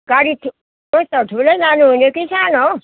गाडी चाहिँ कस्तो ठुलै लानु हुने कि सानो